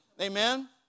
Amen